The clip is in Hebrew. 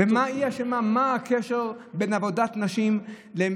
חבר הכנסת אורי מקלב.